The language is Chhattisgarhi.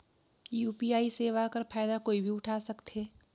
यू.पी.आई सेवा कर फायदा कोई भी उठा सकथे?